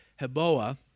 Heboah